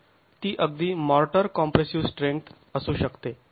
तर ती अगदी माॅर्टर कॉम्प्रेसिव स्ट्रेंथ असू शकते